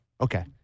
okay